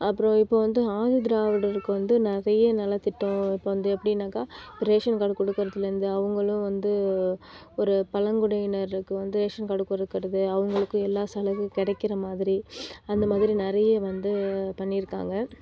அப்புறம் இப்போது ஆதி திராவிடர்களுக்கு வந்து நிறைய நலத்திட்டம் இப்போ வந்து எப்படினாக்கா ஒரு ரேஷன் கார்டு கொடுக்குறதுல இருந்து அவங்களும் வந்து ஒரு பழங்குடியினருக்கு வந்து ரேஷன் கார்டு கொடுக்குறது அவங்களுக்கும் எல்லா சலுகையும் கிடைக்கிற மாதிரி அந்த மாதிரி நிறைய வந்து பண்ணிருக்காங்க